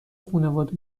خونواده